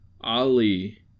Ali